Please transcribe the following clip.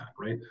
right